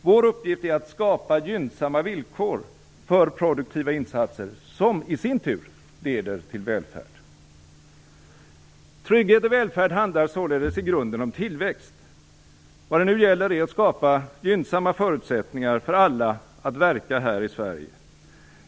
Vår uppgift är att skapa gynnsamma villkor för produktiva insatser som i sin tur leder till välfärd. Trygghet och välfärd handlar således i grunden om tillväxt. Vad det nu gäller är att skapa gynnsamma förutsättningar för alla att verka här i Sverige.